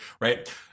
Right